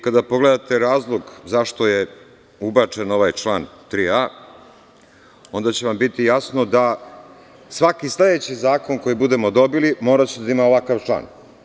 Kada pogledate razlog zašto je ubačen ovaj član 3a, onda će vam biti jasno da svaki sledeći zakon koji budemo dobili, moraće da ima ovakav član.